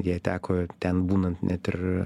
jai teko ten būnant net ir